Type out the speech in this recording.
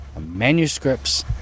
manuscripts